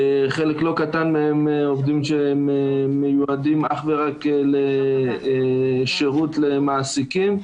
חלק לא קטן מהם עובדים שמיועדים אך ורק לשירות למעסיקים,